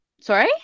sorry